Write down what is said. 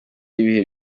y’ibihe